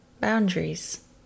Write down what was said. Boundaries